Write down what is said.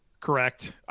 Correct